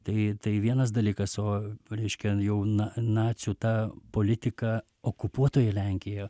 tai tai vienas dalykas o reiškia jau na nacių ta politika okupuotoje lenkijoje